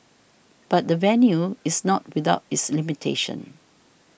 but the venue is not without its limitations